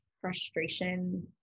frustration